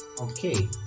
okay